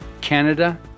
Canada